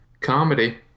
comedy